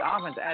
offense